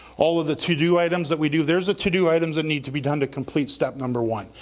all of the to do items that we do, there's a to do items that need to be done to complete step number one.